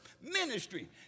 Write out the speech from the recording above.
ministry